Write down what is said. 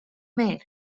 mehr